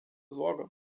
sorge